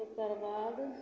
ओकर बाद